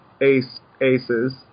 ace-aces